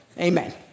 amen